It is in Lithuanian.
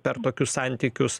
per tokius santykius